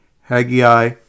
Haggai